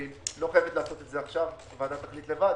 ולא חייבת לעשות עכשיו היא תחליט לבד